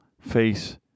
face